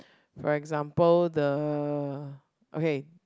for example the okay